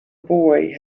boy